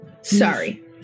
Sorry